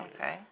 okay